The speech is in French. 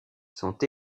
sont